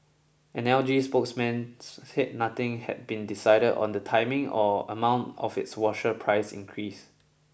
an L G spokesman nothing had been decided on the timing or amount of its washer price increase